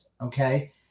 okay